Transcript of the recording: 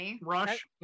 Rush